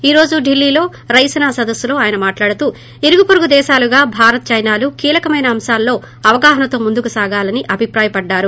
ఈ రోజు డిల్లీలో రైసినా సదస్సులో ఆయన మాట్లాడుతూ ఇరుగు పొరుగు దేశాలుగా భారత్ చైనాలు కీలకమైన అంశాల్లో అవగాహనతో ముందుకు సాగాలని అభిప్రాయపడ్డారు